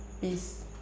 peace